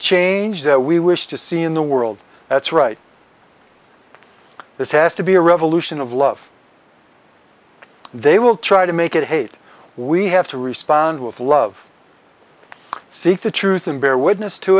change that we wish to see in the world that's right this has to be a revolution of love they will try to make it hate we have to respond with love seek the truth and bear witness to